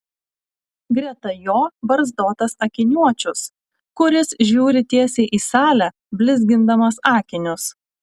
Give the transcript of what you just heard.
greta jo barzdotas akiniuočius kuris žiūri tiesiai į salę blizgindamas akinius